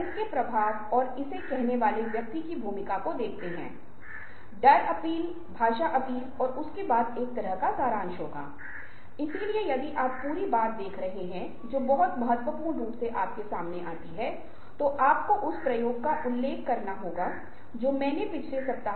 इसलिए यदि आप वो व्यक्ति हैं जो भावनात्मक रूप से भावनात्मक बुद्धिमत्ता रखते हैं तो आप दोनों का लाभ उठा सकते है